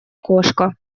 кошка